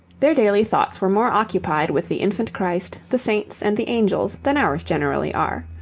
their daily thoughts were more occupied with the infant christ, the saints, and the angels, than ours generally are.